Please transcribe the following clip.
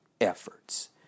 efforts